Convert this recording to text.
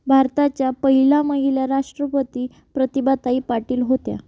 भारताच्या पहिल्या महिला राष्ट्रपती प्रतिभाताई पाटील होत्या